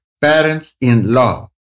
parents-in-law